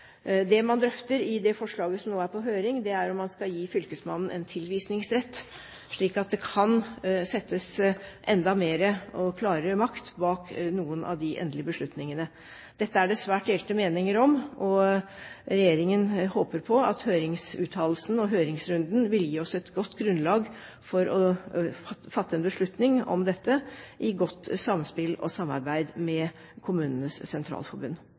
Det man drøfter i det forslaget som nå er på høring, er om man skal gi fylkesmannen en tilvisningsrett, slik at det kan settes enda mer og klarere makt bak noen av de endelige beslutningene. Dette er det svært delte meninger om, og regjeringen håper at høringsuttalelsene og høringsrunden vil gi oss et godt grunnlag for å fatte en beslutning om dette – i godt samspill og samarbeid med